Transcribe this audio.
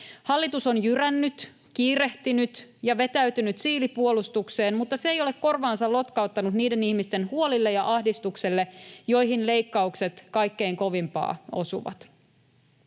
Hallitus on jyrännyt, kiirehtinyt ja vetäytynyt siilipuolustukseen, mutta se ei ole korvaansa lotkauttanut niiden ihmisten huolille ja ahdistukselle, joihin leikkaukset kaikkein kovimpaa osuvat.